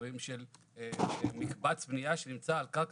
מקרים של מקבץ בנייה שנמצא על קרקע